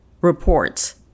reports